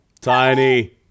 Tiny